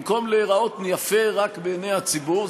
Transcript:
במקום להיראות יפה רק בעיני הציבור,